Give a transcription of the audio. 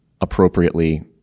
appropriately